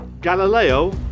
Galileo